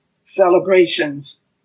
celebrations